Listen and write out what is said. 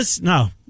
No